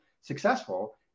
successful